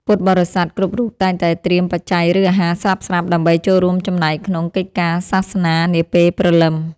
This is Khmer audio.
ពុទ្ធបរិស័ទគ្រប់រូបតែងតែត្រៀមបច្ច័យ ឬអាហារស្រាប់ៗដើម្បីចូលរួមចំណែកក្នុងកិច្ចការសាសនានាពេលព្រលឹម។